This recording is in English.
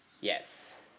Yes